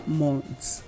months